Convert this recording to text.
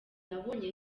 nabonye